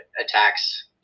attacks